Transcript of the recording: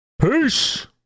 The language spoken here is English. Peace